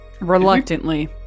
reluctantly